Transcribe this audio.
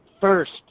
First